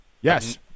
Yes